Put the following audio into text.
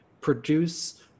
produce